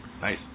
Nice